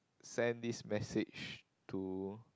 send this message to